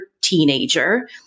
teenager